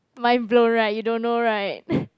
mind blown right you don't know right